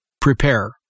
prepare